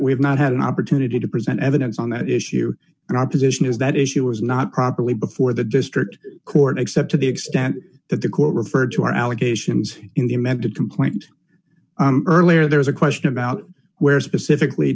we have not had an opportunity to present evidence on that issue and our position is that issue was not properly before the district court except to the extent that the court referred to our allegations in the amended complaint earlier there's a question about where specifically